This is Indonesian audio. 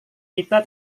kita